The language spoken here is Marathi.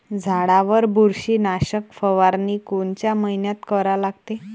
झाडावर बुरशीनाशक फवारनी कोनच्या मइन्यात करा लागते?